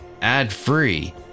Ad-free